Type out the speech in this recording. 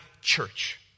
church